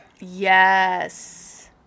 yes